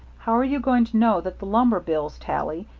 how're you going to know that the lumber bills tally,